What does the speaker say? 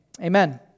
amen